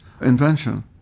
invention